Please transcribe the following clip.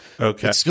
Okay